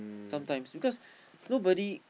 sometime because nobody